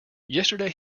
yesterday